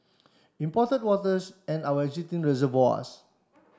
imported and our existing reservoirs